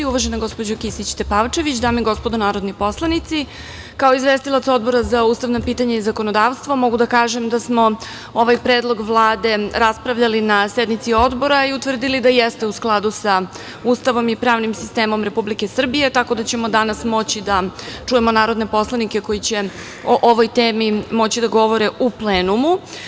Uvažena gospođo Kisić Tepavčević, dame i gospodo narodni poslanici, kao izvestilac Odbora za ustavna pitanja i zakonodavstvo mogu da kažem da smo ovaj predlog Vlade raspravljali na sednici Odbora i utvrdili da jeste u skladu sa Ustavom i pravnim sistemom Republike Srbije, tako da ćemo danas moći da čujemo narodne poslanike koji će o ovoj temi moći da govore u plenumu.